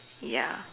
ya